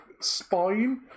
spine